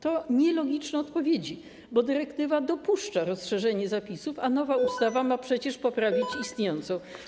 To nielogiczne odpowiedzi, bo dyrektywa dopuszcza rozszerzenie zapisów, a nowa ustawa ma przecież poprawić istniejącą